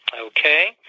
Okay